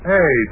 Hey